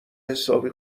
حسابی